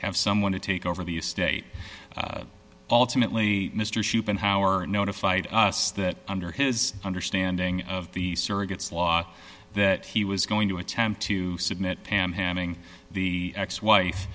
have someone to take over the estate alternately mr shoop and howard notified us that under his understanding of the surrogate's law that he was going to attempt to submit pam hamming the ex wife